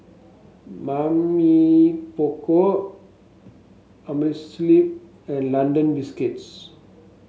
Mamy Poko Amerisleep and London Biscuits